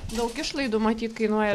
daug išlaidų matyt kainuoja